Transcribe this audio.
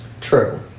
True